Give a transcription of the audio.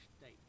state